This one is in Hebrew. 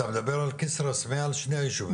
אתה מדבר על כסרא-סמיע על שני הישובים?